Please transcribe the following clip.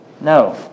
No